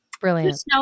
Brilliant